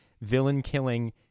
villain-killing